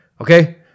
okay